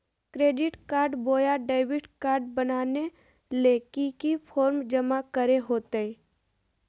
Credit card बोया debit card बनाने ले की की फॉर्म जमा करे होते?